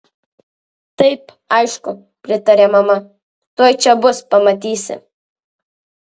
taip aišku pritarė mama tuoj čia bus pamatysi